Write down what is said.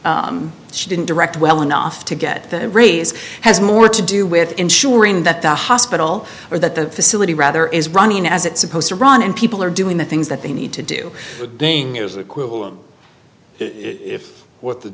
but she didn't direct well enough to get the raise has more to do with ensuring that the hospital or the facility rather is running as it's supposed to run and people are doing the things that they need to do it w